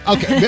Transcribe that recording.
Okay